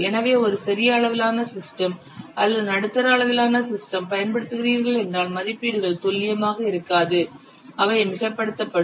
எனவே ஒரு சிறிய அளவிலான சிஸ்டம் அல்லது நடுத்தர அளவிலான சிஸ்டம் பயன்படுத்துகிறீர்கள் என்றால் மதிப்பீடுகள் துல்லியமாக இருக்காது அவை மிகைப்படுத்தப்படும்